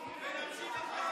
ונמשיך,